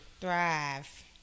Thrive